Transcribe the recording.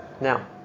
Now